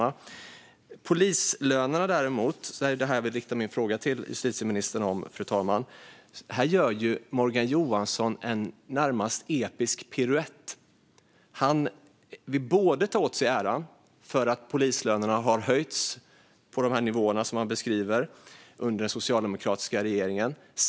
När det däremot gäller polislönerna, som jag vill rikta min fråga till justitieministern om, gör Morgan Johansson en närmast episk piruett. Han vill ta åt sig äran för att polislönerna har höjts till de nivåer som han beskriver under den socialdemokratiska regeringens tid.